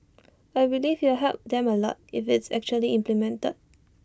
I believe it'll help them A lot if it's actually implemented